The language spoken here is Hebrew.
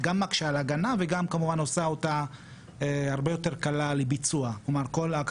זה כמובן מופיע גם תחת הפרמטרים של שליטה,